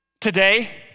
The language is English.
today